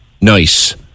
nice